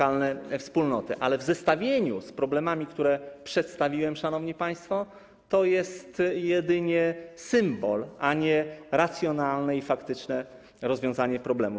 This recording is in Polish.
Ale w zestawieniu z problemami, które przedstawiłem, szanowni państwo, to jest jedynie symbol, a nie racjonalne i faktyczne rozwiązanie problemów.